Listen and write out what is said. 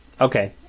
okay